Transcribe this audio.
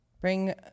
Bring